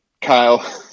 Kyle